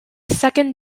second